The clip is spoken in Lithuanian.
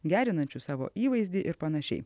gerinančių savo įvaizdį ir panašiai